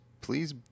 please